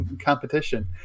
competition